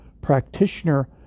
practitioner